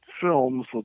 films